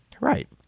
Right